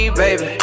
baby